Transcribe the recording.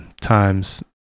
Times